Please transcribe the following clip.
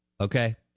Okay